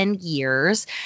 years